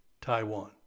Taiwan